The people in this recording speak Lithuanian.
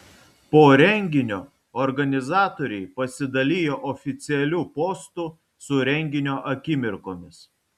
po renginio organizatoriai pasidalijo oficialiu postu su renginio akimirkomis